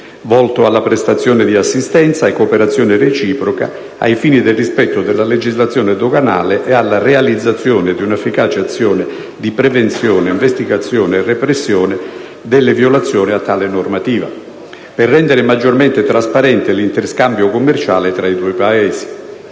volto alla prestazione di assistenza e cooperazione reciproca ai fini del rispetto della legislazione doganale e alla realizzazione di un'efficace azione di prevenzione, investigazione e repressione delle violazioni a tale normativa, per rendere maggiormente trasparente l'interscambio commerciale tra i due Paesi.